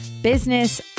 business